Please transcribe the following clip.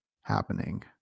happening